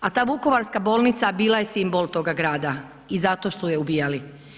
A ta Vukovarska bolnica bila je simbol toga grada i zato su je ubijali.